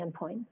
endpoint